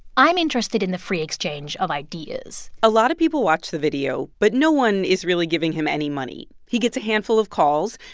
i'm interested in the free exchange of ideas a lot of people watch the video, but no one is really giving him any money. he gets a handful of calls.